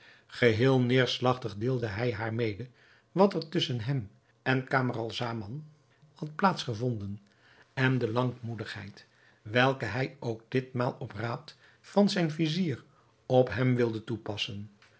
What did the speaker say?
geheel neerslagtig deelde hij haar mede wat er tusschen hem en camaralzaman had plaats gevonden en de langmoedigheid welke hij ook dit maal op raad van zijn vizier op hem wilde toepassen